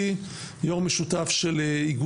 במידה מסוימת פנימיות הפכו ל"ערי